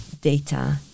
data